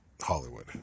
Hollywood